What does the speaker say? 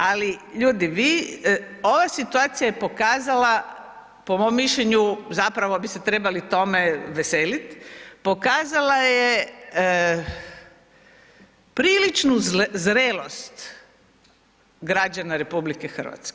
Ali ljudi vi, ova situacija je pokazala po mom mišljenju zapravo bi se trebali tome veselit, pokazala je priličnu zrelost građana RH.